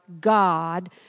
God